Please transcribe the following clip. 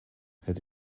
het